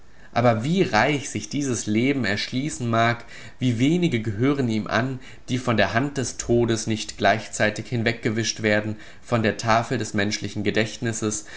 aber wie reich sich dieses leben erschließen mag wie wenige gehören ihm an die von der hand des todes nicht gleichzeitig hinweggewischt werden von der tafel des menschlichen gedächtnisses